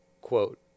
quote